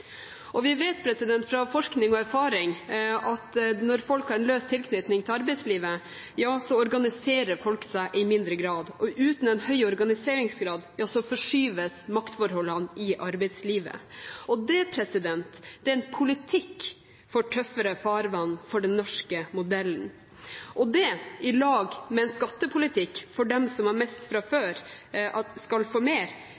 lønnsarbeid. Vi vet fra forskning og erfaring at når folk har en løs tilknytning til arbeidslivet, organiserer folk seg i mindre grad, og uten en høy organiseringsgrad forskyves maktforholdene i arbeidslivet. Det er en politikk for tøffere farvann for den norske modellen. I lag med en skattepolitikk for at de som har mest fra før, skal få mer,